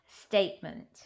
statement